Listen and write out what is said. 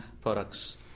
products